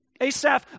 Asaph